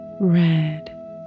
red